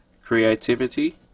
creativity